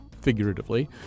figuratively